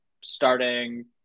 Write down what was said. starting